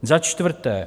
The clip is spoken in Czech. Za čtvrté.